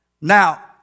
Now